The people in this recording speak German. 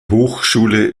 hochschule